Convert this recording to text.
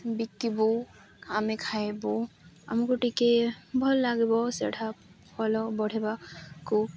ବିକିବୁ ଆମେ ଖାଇବୁ ଆମକୁ ଟିକେ ଭଲ ଲାଗିବ ସେଇଟା ଭଲ ବଢ଼େଇବାକୁ